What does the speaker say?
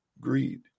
greed